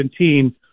2017